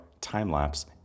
time-lapse